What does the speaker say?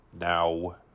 now